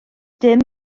dim